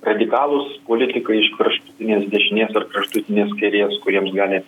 radikalūs politikai iš kraštutinės dešinės ar kraštutinės kairės kuriems gali